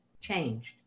changed